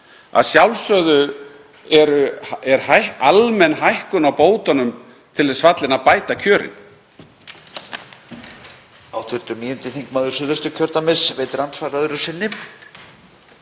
Að sjálfsögðu er almenn hækkun á bótunum til þess fallin að bæta kjörin.